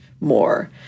more